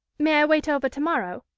may i wait over to-morrow,